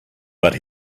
but